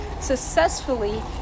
successfully